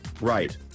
right